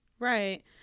Right